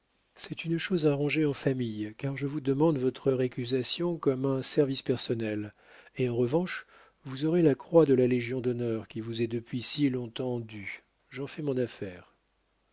c'est une chose arrangée en famille car je vous demande votre récusation comme un service personnel et en revanche vous aurez la croix de la légion-d'honneur qui vous est depuis si long-temps due j'en fais mon affaire